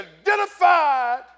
identified